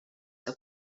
que